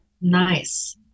nice